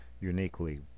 uniquely